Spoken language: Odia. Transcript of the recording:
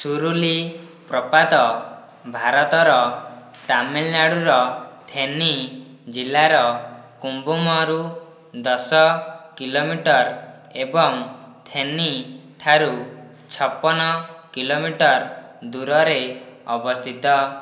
ସୁରୁଲି ପ୍ରପାତ ଭାରତର ତାମିଲନାଡୁର ଥେନୀ ଜିଲ୍ଲାର କୁମ୍ବୁମରୁ ଦଶ କିଲୋମିଟର୍ ଏବଂ ଥେନୀ ଠାରୁ ଛପନ କିଲୋମିଟର୍ ଦୂରରେ ଅବସ୍ଥିତ